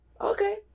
Okay